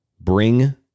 bring